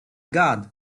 god